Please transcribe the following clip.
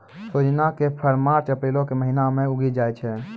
सोजिना के फर मार्च अप्रीलो के महिना मे उगि जाय छै